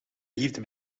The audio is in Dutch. liefde